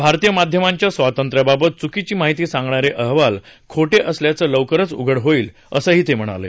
भारतीय माध्यमांच्या स्वातंत्र्याबाबत चुकीची माहिती सांगणारे अहवाल खोटे असल्याचं लवकरच उघड होईल असं ते म्हणाले